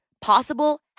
possible